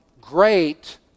great